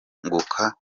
kunguka